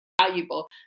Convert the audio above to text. valuable